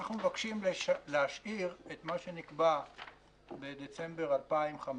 אנחנו מבקשים להשאיר את מה שנקבע בדצמבר 2015,